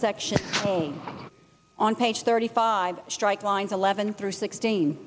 section on page thirty five strike lines eleven through sixteen